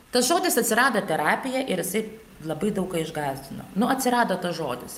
tas žodis atsirado terapija ir jisai labai daug ką išgąsdino nu atsirado tas žodis